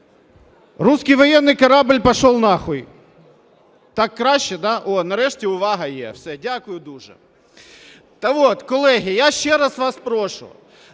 Русский военный корабль пошел на х…! Так краще, да? О, нарешті увага є. Все. Дякую дуже. Так от, колеги, я ще раз вас прошу